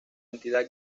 entidad